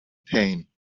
pain